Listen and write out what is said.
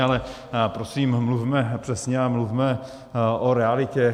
Ale prosím, mluvme přesně a mluvme o realitě.